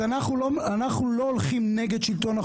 אתם רוצים להחליט אחרת ולא לקחת בחשבון